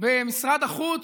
במשרד החוץ?